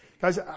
Guys